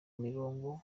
mirongo